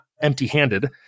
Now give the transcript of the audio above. empty-handed